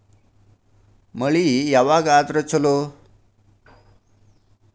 ಮಳಿ ಯಾವಾಗ ಆದರೆ ಛಲೋ?